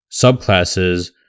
subclasses